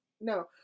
no